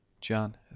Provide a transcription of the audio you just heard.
John